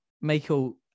Michael